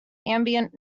ambient